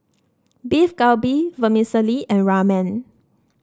Beef Galbi Vermicelli and Ramen